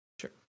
Sure